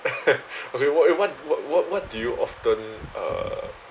okay what what what what what do you often uh